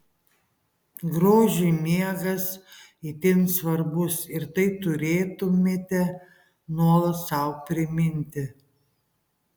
grožiui miegas itin svarbus ir tai turėtumėte nuolat sau priminti